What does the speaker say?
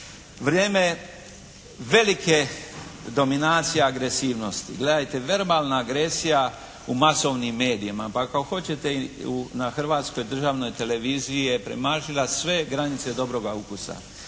vrijeme velike dominacije agresivnosti. Gledajte, verbalna agresija u masovnim medijima, pa ako hoćete i na Hrvatskoj državnoj televiziji je premašila sve granice dobroga ukusa.